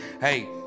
Hey